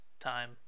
time